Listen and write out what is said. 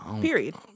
period